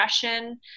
depression